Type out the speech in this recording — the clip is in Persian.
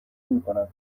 میکند